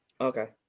okay